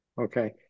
Okay